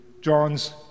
John's